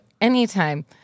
anytime